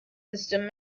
system